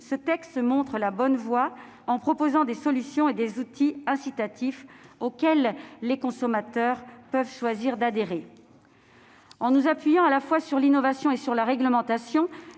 ce texte montre la bonne voie en proposant des solutions et des outils incitatifs auxquels les consommateurs peuvent choisir d'adhérer. En nous appuyant, à la fois, sur l'innovation et sur la réglementation,